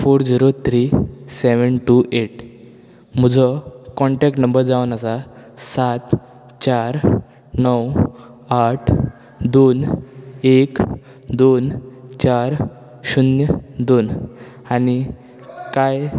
four zero three seven two eight म्हजो contact number जावन आसा सात चार णव आठ दोन एक दोन चार शुन्य दोन आनी कांय